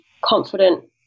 confident